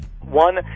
One